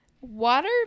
water